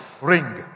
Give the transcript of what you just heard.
ring